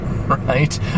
Right